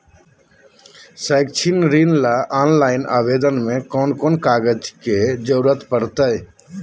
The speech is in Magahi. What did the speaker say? शैक्षिक ऋण ला ऑनलाइन आवेदन में कौन कौन कागज के ज़रूरत पड़तई?